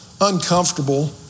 uncomfortable